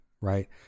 right